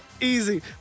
easy